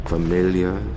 Familiar